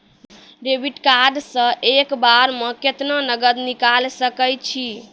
Debit card से एक बार मे केतना नगद निकाल सके छी?